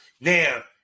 now